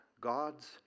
God's